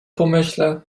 pomyślę